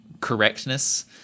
correctness